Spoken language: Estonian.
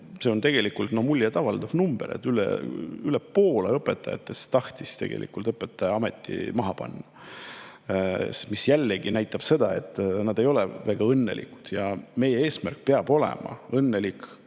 See on muljet avaldav number, et üle poole õpetajatest on tahtnud õpetajaameti maha panna. See jällegi näitab seda, et nad ei ole väga õnnelikud. Meie eesmärk peab olema õnnelik